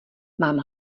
mám